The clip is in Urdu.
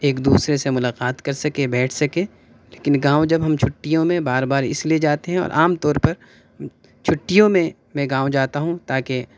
ایک دوسرے سے ملاقات کر سکے بیٹھ سکے لیکن گاؤں جب ہم چھٹیوں میں بار بار اس لیے جاتے ہیں اور عام طور پر چھٹیوں میں میں گاؤں جاتا ہوں تاکہ